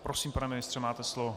Prosím, pane ministře, máte slovo.